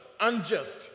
unjust